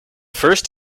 first